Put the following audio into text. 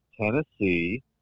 Tennessee